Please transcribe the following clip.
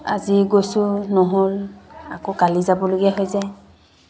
আজি গৈছোঁ নহ'ল আকৌ কালি যাবলগীয়া হৈ যায়